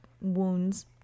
wounds